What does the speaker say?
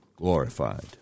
Glorified